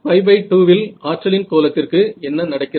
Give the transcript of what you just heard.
π2 இல் ஆற்றலின் கோலத்திற்கு என்ன நடக்கிறது